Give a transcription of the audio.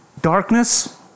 darkness